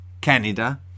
Canada